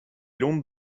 long